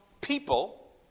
people